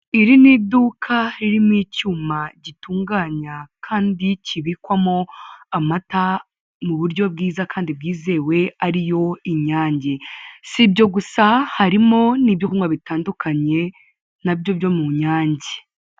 Iri ni iduka ririmo icyuma gitunganya kandi kibikwamo amata mu buryo bwiza kandi bwizewe ariyo inyange sibyo gusa harimo n'ibyo kunywa bitandukanye nabyo byo mu inyange.